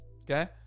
okay